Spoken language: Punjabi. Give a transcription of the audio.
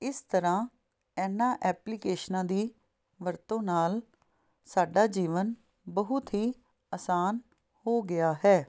ਇਸ ਤਰ੍ਹਾਂ ਇਹਨਾਂ ਐਪਲੀਕੇਸ਼ਨਾਂ ਦੀ ਵਰਤੋਂ ਨਾਲ ਸਾਡਾ ਜੀਵਨ ਬਹੁਤ ਹੀ ਆਸਾਨ ਹੋ ਗਿਆ ਹੈ